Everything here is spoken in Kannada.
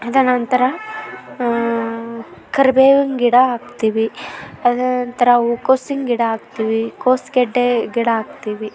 ಅದರ ನಂತರ ಕರ್ಬೇವಿನ ಗಿಡ ಹಾಕ್ತೀವಿ ಅದರ ನಂತರ ಹೂಕೋಸಿನ ಗಿಡ ಹಾಕ್ತೀವಿ ಕೋಸು ಗಡ್ಡೆ ಗಿಡ ಹಾಕ್ತೀವಿ